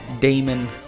Damon